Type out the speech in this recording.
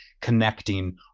connecting